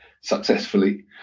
successfully